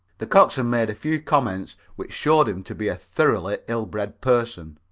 the coxswain made a few comments which showed him to be a thoroughly ill-bred person,